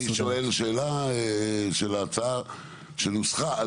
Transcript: אני שואל שאלה על ההצעה שנוסחה,